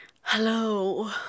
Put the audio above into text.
Hello